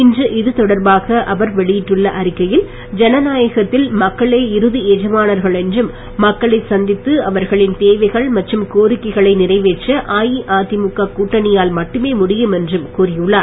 இன்று இது தொடர்பாக அவர் வெளியிட்டுள்ள அறிக்கையில் ஜனநாயகத்தில் மக்களே இறுதி எஜமானர்கள் என்றும் மக்களை சந்தித்து அவர்களின் தேவைகள் மற்றும் கோரிக்கைகளை நிறைவேற்ற அஇஅதிமுக கூட்டணியால் மட்டுமே முடியும் என்றும் கூறியுள்ளார்